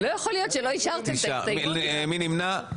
מי נמנע?